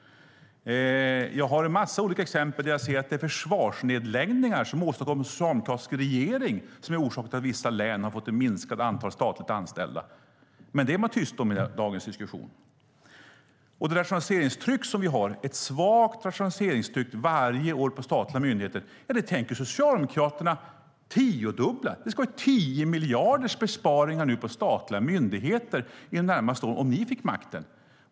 Jag har en massa olika exempel där jag ser att försvarsnedläggningar som har åstadkommits av en socialdemokratisk regering är orsaken till att vissa län har fått minskat antal statligt anställda. Men det är man tyst om i dagens diskussion. Det rationaliseringstryck som vi har, ett svagt rationaliseringstryck varje år på statliga myndigheter, tänker Socialdemokraterna tiodubbla. Det ska nu vara en besparing på 10 miljarder på statliga myndigheter under de närmaste åren, om ni får makten.